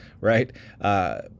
right